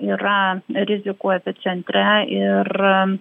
yra rizikų epicentre ir